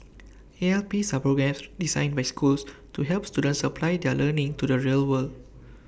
ALPs are programmes designed by schools to help students apply their learning to the real world